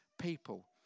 people